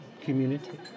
community